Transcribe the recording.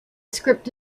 script